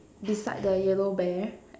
beside the yellow bear